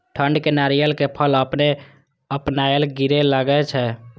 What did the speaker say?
ठंड में नारियल के फल अपने अपनायल गिरे लगए छे?